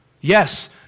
Yes